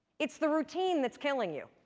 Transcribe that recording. it's the routine that's killing you.